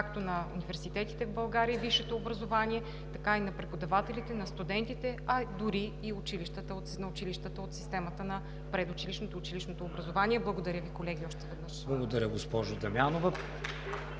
както на университетите в България и висшето образование, така и на преподавателите, на студентите, а дори и на училищата от системата на предучилищното и училищното образование. Благодаря Ви, колеги, още веднъж! ПРЕДСЕДАТЕЛ